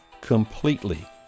completely